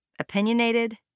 opinionated